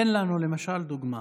תן לנו למשל דוגמה.